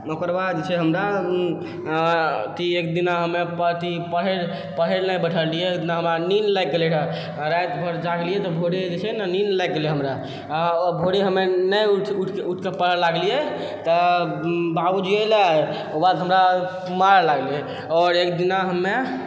ओकर बाद जे छै हमरा अथी एकदिना हमे अथी पढै लऽ नहि बैठल रहियै ओइ दिना हमरा नीन्न लागि गेलै रहऽ राति भरि जागलियै तऽ भोरे जे छै ने नीन्न लागि गेलै हमरा भोरे हमे नहि उठिके पढऽ लागलियै तऽ बाबूजी एलै ओकर बादसँ हमरा मारऽ लागलै आओर एकदिना हमे